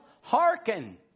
hearken